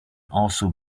also